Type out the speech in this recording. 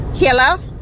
Hello